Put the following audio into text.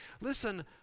Listen